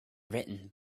written